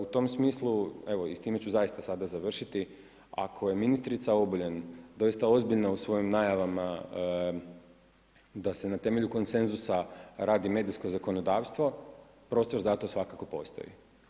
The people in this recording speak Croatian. U tom smislu, i s time ću zaista sada završiti, ako je ministrica Obuljen doista ozbiljna u svojim najavama da se na temelju konsenzusa radi medijsko zakonodavstvo, prostor za to svakako postoji.